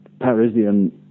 Parisian